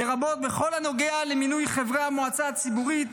לרבות בכל הנוגע למינוי חברי המועצה הציבורית,